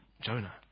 Jonah